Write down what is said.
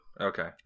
Okay